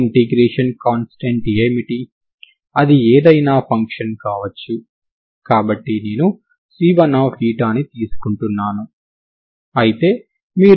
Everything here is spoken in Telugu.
ఇది మీ తరంగ సమీకరణం కాబట్టి గతి శక్తి అంటే ఏమిటి